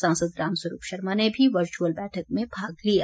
सांसद रामस्वरूप शर्मा ने भी वचुर्अल बैठक में भाग लिया